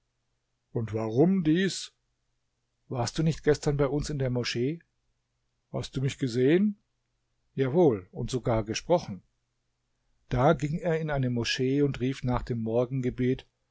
und warum dies warst du nicht gestern bei uns in der moschee hast du mich gesehen jawohl und sogar gesprochen da ging er in eine moschee und rief nach dem morgengebet